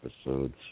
episodes